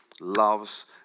loves